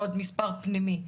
או עוד מספר פנימי.